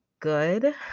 Good